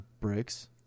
bricks